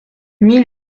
mille